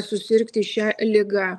susirgti šia liga